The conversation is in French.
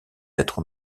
être